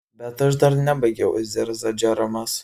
bet aš dar nebaigiau zirzė džeromas